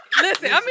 listen